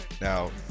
Now